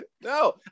No